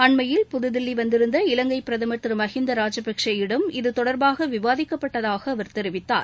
அண்மையில் புததில்லி வந்திருந்த இலங்கை பிரதமர் திரு மகேந்த ராஜபக்சே யிடம் இத்தொடர்பாக விவாதிக்கப்பட்டதாக அவர் தெரிவித்தார்